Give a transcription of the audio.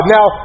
Now